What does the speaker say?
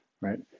right